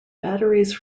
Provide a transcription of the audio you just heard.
batteries